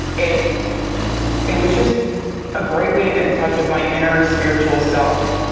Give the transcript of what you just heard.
it it was just a great way to get in touch with my inner spiritual self,